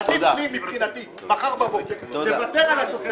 עדיף לי, מבחינתי, מחר בבוקר לוותר על התוספת.